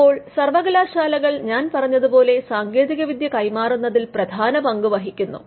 അപ്പോൾ സർവകലാശാലകൾ ഞാൻ പറഞ്ഞതുപോലെ സാങ്കേതികവിദ്യ കൈമാറുന്നതിൽ പ്രധാന പങ്കുവഹിക്കുന്നു